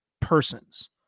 persons